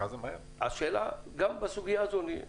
נבחן את הסוגיה הזאת.